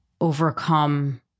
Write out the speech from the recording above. overcome